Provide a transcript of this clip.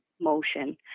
motion